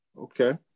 Okay